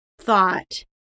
thought